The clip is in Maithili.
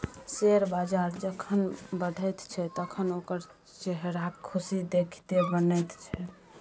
शेयर बजार जखन बढ़ैत छै तखन ओकर चेहराक खुशी देखिते बनैत छै